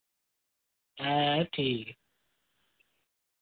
ऐ ठीक